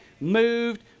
moved